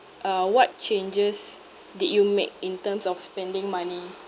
uh what changes did you make in terms of spending money